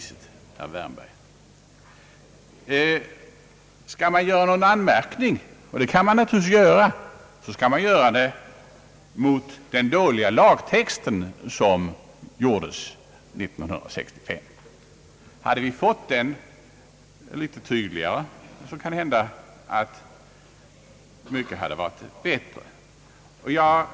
Skall man göra några anmärkningar, och det kan man naturligtvis göra, så skall man göra dem mot den dåliga lagtext som antogs 1965. Hade vi fått den litet tydligare, så kan det hända att mycket hade varit bättre.